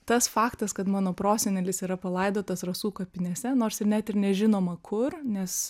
tas faktas kad mano prosenelis yra palaidotas rasų kapinėse nors ir net ir nežinoma kur nes